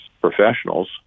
professionals